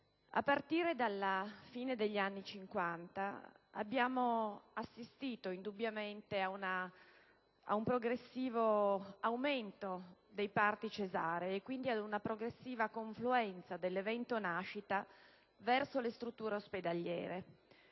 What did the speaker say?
a partire dalla fine degli anni Cinquanta abbiamo assistito indubbiamente ad un progressivo aumento dei parti cesarei e quindi ad una progressiva confluenza dell'evento nascita verso le strutture ospedaliere.